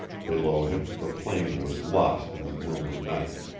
below him the plain was lost in the gloom of night.